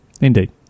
Indeed